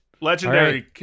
Legendary